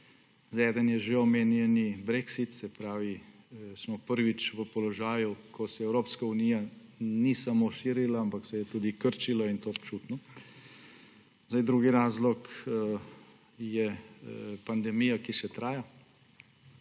dva. Eden je že omenjeni brexit. Prvič smo v položaju, ko se Evropska unija ni samo širila, ampak se je tudi krčila, in to občutno. Drugi razlog je pandemija, ki še traja.